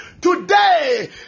Today